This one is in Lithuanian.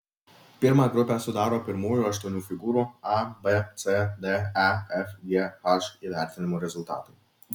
pirmą grupę sudaro pirmųjų aštuonių figūrų a b c d e f g h įvertinimų rezultatai